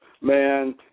Man